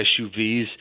SUVs